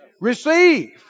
receive